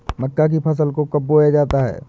मक्का की फसल को कब बोया जाता है?